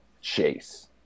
chase